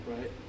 right